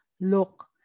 look